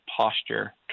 posture